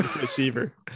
receiver